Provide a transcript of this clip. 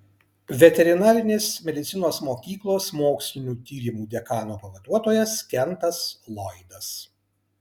veterinarinės medicinos mokyklos mokslinių tyrimų dekano pavaduotojas kentas loydas